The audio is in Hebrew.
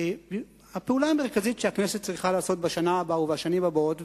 אני אומר שהפעולה המרכזית שהכנסת צריכה לעשות בשנה הבאה ובשנים הבאות,